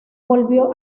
volvió